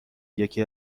یکی